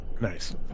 Nice